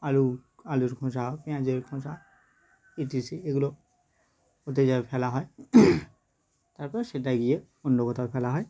আলু আলুর খোসা পেঁয়াজের খোসা ইটিসি এগুলো হতে যাওয় ফেলা হয় তারপর সেটা গিয়ে অন্য কোথাও ফেলা হয়